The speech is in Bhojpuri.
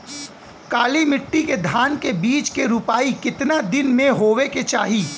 काली मिट्टी के धान के बिज के रूपाई कितना दिन मे होवे के चाही?